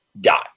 die